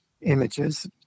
images